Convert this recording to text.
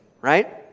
right